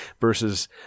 versus